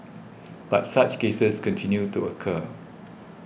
but such cases continue to occur